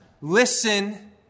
listen